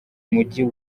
mujyi